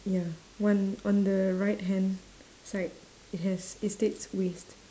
ya one on the right hand side it has it states waste